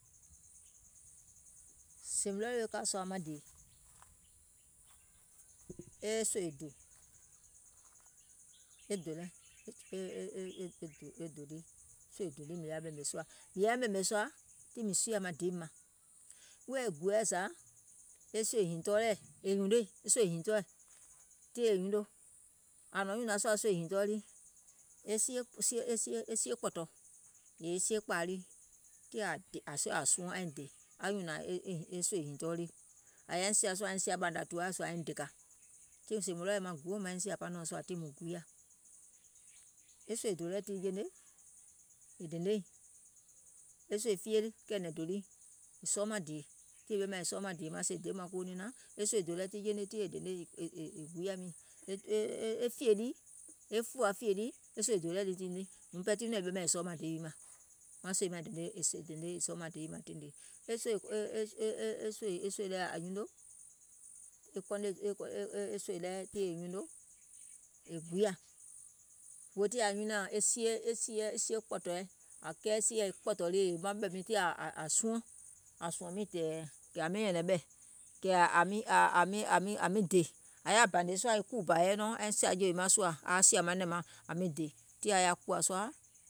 Sèè mìŋ ready wèè ka sòȧ maŋ dèè, e sòè dò, e dò lɛ, e sòì dò lii mìŋ yaȧ ɓèmè sùȧ, mìŋ yȧaìŋ ɓèmè sùȧ tiŋ mìŋ suuyȧ maŋ deèim mȧŋ, wèè e gùoɛ̀ zȧ, e sòì hììŋtɔɔ lɛɛ̀, è nyùnòiŋ, tiŋ è nyuno, ȧŋ nɔ̀ŋ nyùnȧŋ sùȧ sòì hììŋtɔɔ lii, e sie kpɔ̀tɔ̀, e sie kpȧa lii, ȧŋ yȧiŋ nyùnàŋ sùȧ aiŋ sìȧ ɓȧȧnȧ tùwaà sùȧ aiŋ dèkȧ, tiŋ sèè mùŋ ready wèè maŋ guò maiŋ sìȧ panìɔŋ sùȧ tiŋ mùŋ guuyȧ, e sòì dò lɛɛ̀ tin jeiŋ ne, mìŋ dèneìŋ, e sòi fiye lii e kɛ̀ɛ̀nɛ̀ŋ dò lii sɔɔ maŋ dèè tiŋ è ɓemȧŋ sɔɔ maŋ dèè maŋ, sèè deè wi mȧŋ kuwo ninaŋ, e sòì dò lɛ tiŋ è ɓemȧŋ sɔɔ maŋ sèè dèè maŋ kuwo ninaŋ, e sòì dò lɛ tiŋ jeiŋ ne è guuyȧ nìŋ, ȧ yaȧ bȧnè sùȧ e kùù bȧ yɛi nɔŋ aiŋ sìȧ jèì maŋ sùȧ aaŋ sìȧ nɛ̀ŋ maŋ aŋ miŋ dè